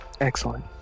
Excellent